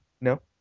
no